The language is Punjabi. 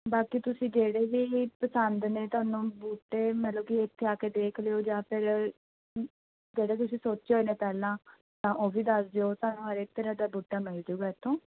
ਬਾਕੀ ਤੁਸੀਂ ਜਿਹੜੇ ਵੀ ਪਸੰਦ ਨੇ ਤੁਹਾਨੂੰ ਬੂਟੇ ਮਤਲਬ ਕਿ ਇੱਥੇ ਆ ਕੇ ਦੇਖ ਲਿਓ ਜਾਂ ਫਿਰ ਜਿਹੜੇ ਤੁਸੀਂ ਸੋਚੇ ਹੋਏ ਨੇ ਪਹਿਲਾਂ ਤਾਂ ਉਹ ਵੀ ਦੱਸ ਦਿਓ ਤੁਹਾਨੂੰ ਹਰੇਕ ਤਰ੍ਹਾਂ ਦਾ ਬੂਟਾ ਮਿਲ ਜੂਗਾ ਇੱਥੋਂ